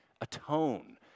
atone